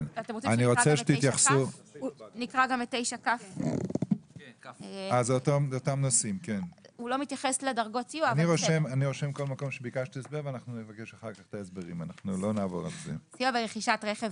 נקרא גם את סעיף 9כ. 9כ.סיוע ברכישת רכב